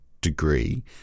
degree